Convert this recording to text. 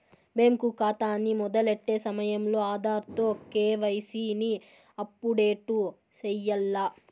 bank కాతాని మొదలెట్టే సమయంలో ఆధార్ తో కేవైసీని అప్పుడేటు సెయ్యాల్ల